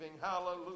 Hallelujah